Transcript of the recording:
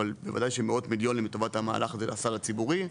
אבל בוודאי שמאות מיליונים לטובת המהלך הזה לתוך הסל הציבורי.